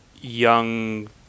young